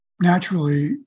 naturally